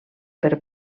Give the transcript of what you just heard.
per